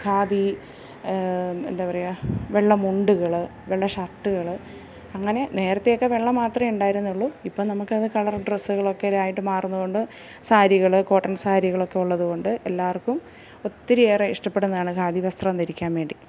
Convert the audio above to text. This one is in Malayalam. ഖാദി എന്താ പറയുക വെള്ള മുണ്ട്കള് വെള്ള ഷർട്ട്കള് അങ്ങനെ നേരത്തേ ഒക്കെ വെള്ള മാത്രമെ ഉണ്ടായിരുന്നുള്ളു ഇപ്പം നമുക്കത് കളർ ഡ്രെസ്സുകളൊക്കെ ഇതായിട്ട് മാറുന്നത് കൊണ്ട് സാരികള് കോട്ടൺ സാരികളൊക്കെ ഉള്ളത് കൊണ്ട് എല്ലാവർക്കും ഒത്തിരിയേറെ ഇഷ്ടപ്പെടുന്ന ആണ് ഖാദി വസ്ത്രം ധരിക്കാൻ വേണ്ടി